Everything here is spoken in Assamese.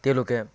তেওঁলোকে